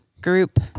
group